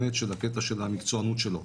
באמת של הקטע של המקצוענות שלו,